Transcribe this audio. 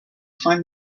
find